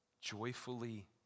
joyfully